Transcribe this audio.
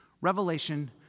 Revelation